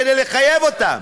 כדי לחייב אותן.